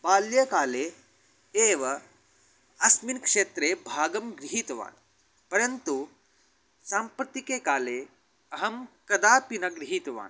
बाल्यकाले एव अस्मिन् क्षेत्रे भागं गृहीतवान् परन्तु साम्प्रतिके काले अहं कदापि न गृहीतवान्